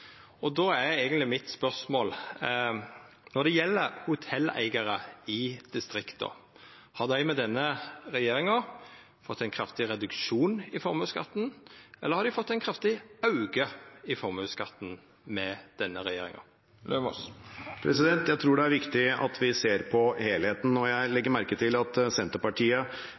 og då er mitt spørsmål: Har hotelleigarar i distrikta med denne regjeringa fått ein kraftig reduksjon i formuesskatten, eller har dei fått ein kraftig auke i formuesskatten med denne regjeringa? Jeg tror det er viktig at vi ser på helheten. Jeg legger merke til at Senterpartiet